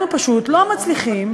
אנחנו פשוט לא מצליחים